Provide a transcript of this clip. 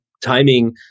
timing